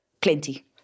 Plenty